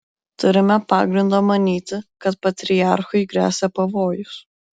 turime pagrindo manyti kad patriarchui gresia pavojus